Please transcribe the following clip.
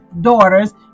daughters